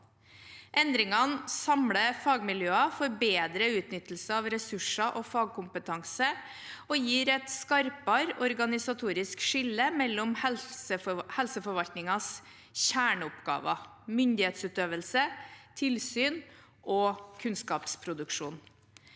Endringene samler fagmiljøer for bedre utnyttelse av ressurser og fagkompetanse og gir et skarpere organisatorisk skille mellom helseforvaltningens kjerneoppgaver – myndighetsutøvelse, tilsyn og kunnskapsproduksjon.